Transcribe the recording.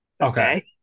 okay